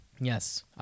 Yes